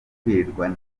kwirirwa